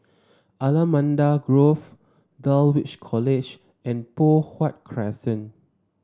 Allamanda Grove Dulwich College and Poh Huat Crescent